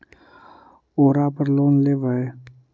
ओरापर लोन लेवै?